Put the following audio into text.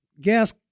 gas